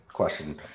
question